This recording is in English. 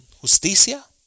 justicia